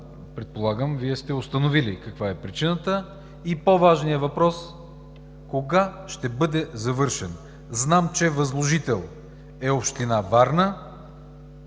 предполагам, че Вие сте установили каква е причината, но по-важният въпрос е кога ще бъде завършен? Знам, че възложител е Община Варна,